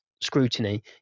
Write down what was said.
scrutiny